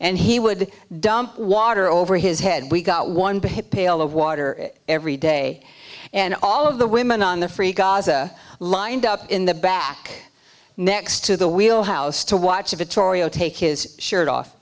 and he would dump water over his head we got one pail of water every day and all of the women on the free gaza lined up in the back next to the wheel house to watch a tauriel take his shirt off